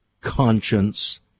conscience